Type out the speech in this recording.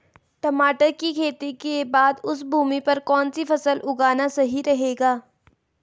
टमाटर की खेती के बाद उस भूमि पर कौन सी फसल उगाना सही रहेगा?